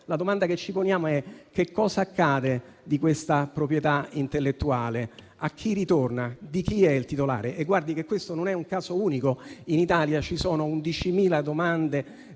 La domanda che ci poniamo è cosa accade di questa proprietà intellettuale, a chi ritorna e chi ne è il titolare. Questo, fra l'altro, non è un caso unico: in Italia ci sono 11.000 domande